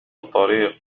الطريق